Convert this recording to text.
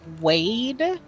Wade